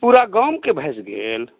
पुरागामकेँ भसि गेल